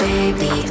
Baby